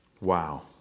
Wow